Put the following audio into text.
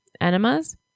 Enemas